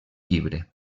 llibre